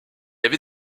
avait